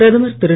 பிரதமர் திரு